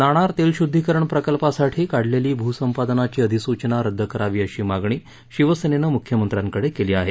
नाणार तेलशुद्वीकरण प्रकल्पासाठी काढलेली भूसंपादनाची अधिसूचना रद्द करावी अशी मागणी शिवसेनेनं मुख्यमंत्र्याकडे केली आहे